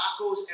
tacos